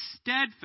steadfast